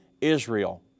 Israel